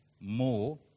more